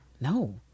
no